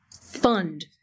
fund